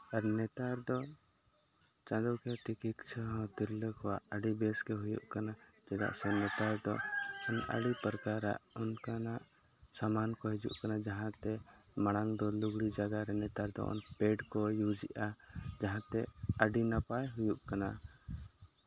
ᱟᱨ ᱱᱮᱛᱟᱨ ᱫᱚ ᱪᱟᱸᱫᱳᱠᱤᱭᱟᱹ ᱛᱤᱠᱤᱪᱪᱷᱟ ᱦᱚᱸ ᱛᱤᱨᱞᱟᱹ ᱠᱚᱣᱟᱜ ᱟᱹᱰᱤ ᱵᱮᱥ ᱜᱮ ᱦᱩᱭᱩᱜ ᱠᱟᱱᱟ ᱪᱮᱫᱟᱜ ᱥᱮ ᱱᱮᱛᱟᱨ ᱫᱚ ᱟᱹᱰᱤ ᱯᱨᱚᱠᱟᱨᱟᱜ ᱚᱱᱠᱟᱱᱟᱜ ᱥᱟᱢᱟᱱ ᱠᱚ ᱦᱤᱡᱩᱜ ᱠᱟᱱᱟ ᱡᱟᱦᱟᱸᱛᱮ ᱢᱟᱲᱟᱝ ᱫᱚ ᱞᱩᱜᱽᱲᱤᱡ ᱡᱟᱭᱜᱟ ᱨᱮ ᱱᱮᱛᱟᱨ ᱫᱚ ᱯᱮᱰ ᱠᱚ ᱤᱭᱩᱥ ᱮᱫᱟ ᱡᱟᱦᱟᱸ ᱛᱮ ᱟᱹᱰᱤ ᱱᱟᱯᱟᱭ ᱦᱩᱭᱩᱜ ᱠᱟᱱᱟ